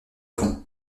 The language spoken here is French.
fond